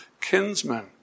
kinsmen